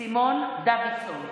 סימון דוידסון.